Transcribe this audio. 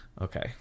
Okay